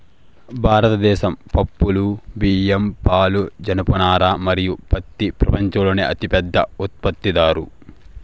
భారతదేశం పప్పులు, బియ్యం, పాలు, జనపనార మరియు పత్తి ప్రపంచంలోనే అతిపెద్ద ఉత్పత్తిదారు